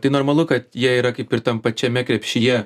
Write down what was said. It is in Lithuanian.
tai normalu kad jie yra kaip ir tam pačiame krepšyje